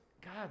God